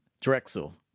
Drexel